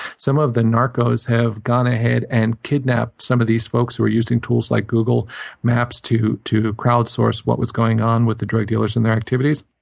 some of the narcos have gone ahead and kidnapped some of these folks who are using tools like google maps to to crowd source what was going on with the drug dealers and their activities,